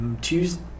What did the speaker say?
Tuesday